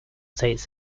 states